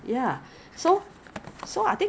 mm mm mm ya ya correct